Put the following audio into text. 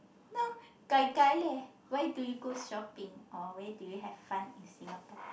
no gai-gai leh why do you shopping or where do you have fun in Singapore